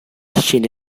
scende